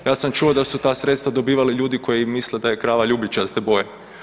Ja sam čuo da su ta sredstva dobivali ljudi koji misle da je krava ljubičaste boje.